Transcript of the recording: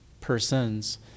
persons